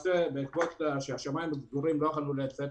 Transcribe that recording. בעקבות השמיים הסגורים לא יכולנו לייצא פרחים,